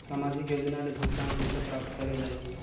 समाजिक योजना ले भुगतान कइसे प्राप्त करे जाहि?